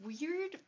weird